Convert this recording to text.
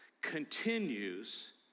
continues